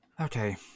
Okay